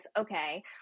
okay